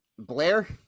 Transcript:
blair